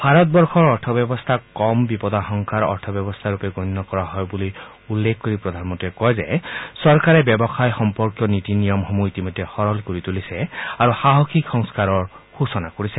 ভাৰতবৰ্ষক ৰাজনৈতিক অৰ্থব্যৱস্থাক কম বিপদাশংকাৰ ৰাট্টৰূপে গণ্য কৰা হয় বুলি উল্লেখ কৰি প্ৰধানমন্ত্ৰীয়ে কয় যে চৰকাৰে ব্যৱসায় সম্পৰ্কীয় নীতি নিয়মসমূহ ইতিমধ্যে সৰল কৰি তুলিছে আৰু সাহসিক সংস্থাৰৰ সূচনা কৰিছে